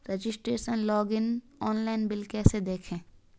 Registration login online bill कैसे देखें?